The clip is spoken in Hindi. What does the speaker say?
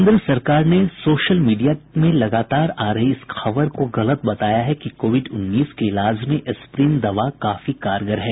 केन्द्र सरकार ने सोशल मीडिया में लागातार आ रही इस खबर को गलत बताया है कि कोविड उन्नीस के इलाज में एस्प्रीन दवा काफी कारगर है